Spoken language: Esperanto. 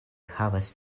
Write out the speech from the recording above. havas